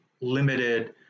limited